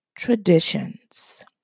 traditions